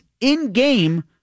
in-game